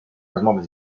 rozmowy